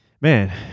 Man